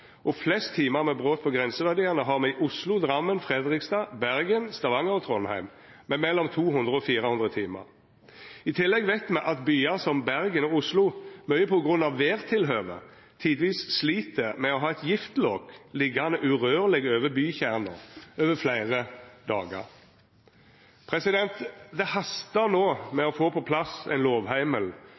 og flest timar med brot på grenseverdiane har me i Oslo, Drammen, Fredrikstad, Bergen, Stavanger og Trondheim, med mellom 200 og 400 timar. I tillegg veit me at byar som Bergen og Oslo, mykje på grunn av vêrtilhøve, tidvis slit med å ha eit «giftlok» liggjande urørleg over bykjernen over fleire dagar. Det hastar no med å få på plass ein lovheimel